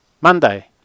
Monday